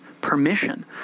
permission